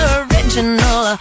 original